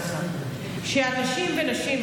אנשים ונשים,